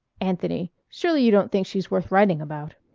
anthony, surely you don't think she's worth writing about.